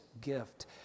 gift